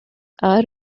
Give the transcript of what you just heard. are